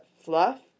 fluff